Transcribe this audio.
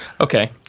Okay